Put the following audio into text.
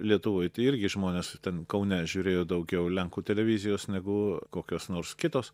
lietuvoj tai irgi žmonės ten kaune žiūrėjo daugiau lenkų televizijos negu kokios nors kitos